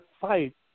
fight